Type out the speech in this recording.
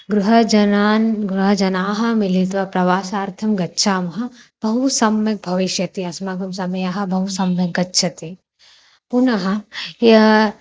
गृहजनान् गृहजनान् मिलित्वा प्रवासार्थं गच्छामः बहु सम्यक् भविष्यति अस्माकं समयः बहु सम्यक् गच्छति पुनः यत्